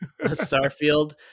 Starfield